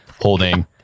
holding